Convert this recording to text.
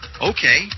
Okay